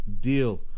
deal